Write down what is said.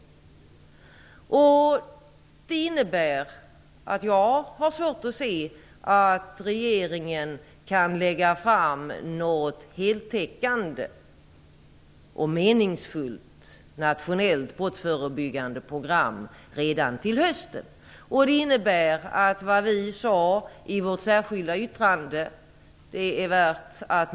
Det innebär att jag har svårt att se att regeringen kan lägga fram något heltäckande och meningsfullt nationellt program redan till hösten. Det är då värt att notera vad vi sade i vårt särskilda yttrande.